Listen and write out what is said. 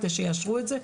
כדי שיאשרו את זה,